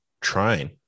trying